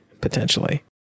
potentially